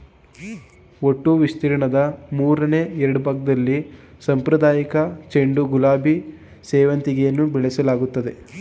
ಒಟ್ಟು ವಿಸ್ತೀರ್ಣದ ಮೂರನೆ ಎರಡ್ಭಾಗ್ದಲ್ಲಿ ಸಾಂಪ್ರದಾಯಿಕ ಚೆಂಡು ಗುಲಾಬಿ ಸೇವಂತಿಗೆಯನ್ನು ಬೆಳೆಸಲಾಗ್ತಿದೆ